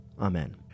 Amen